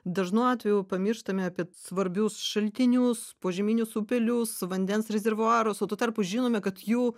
dažnu atveju pamirštame apie svarbius šaltinius požeminius upelius vandens rezervuarus o tuo tarpu žinome kad jų